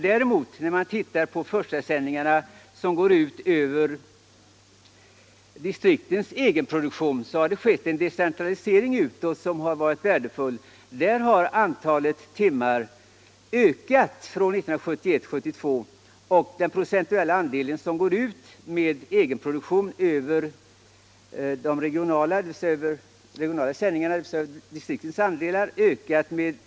Däremot har förstasändningarna av distriktens egenproduktion ökat. Där har det skett en decentralisering som varit värdefull och som lett till en ökning av den relativa andelen från 22 96 1971 75.